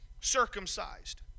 circumcised